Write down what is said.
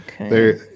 Okay